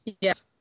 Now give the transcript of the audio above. Yes